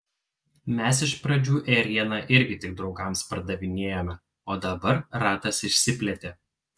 mes iš pradžių ėrieną irgi tik draugams pardavinėjome o dabar ratas išsiplėtė